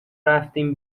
رفتیم